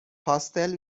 پاستل